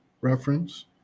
Reference